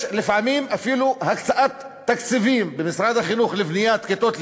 יש לפעמים אפילו הקצאת תקציבים במשרד החינוך לבניית כיתות לימוד,